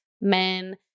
men